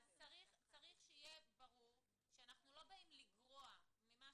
אז צריך שיהיה ברור שאנחנו לא באים לגרוע ממה